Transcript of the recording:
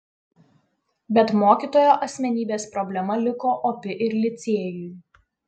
bet mokytojo asmenybės problema liko opi ir licėjui